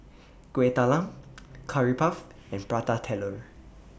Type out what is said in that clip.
Kueh Talam Curry Puff and Prata Telur